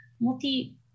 multi